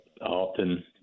often